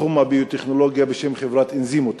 בתחום הביו-טכנולוגיה, בשם חברת "אנזימוטק".